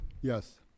Yes